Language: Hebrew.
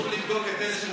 חשוב לבדוק את אלה שממשיכים.